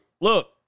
look